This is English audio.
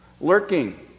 lurking